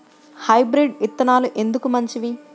Hybrid విత్తనాలు ఎందుకు మంచివి?